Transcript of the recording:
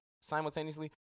Simultaneously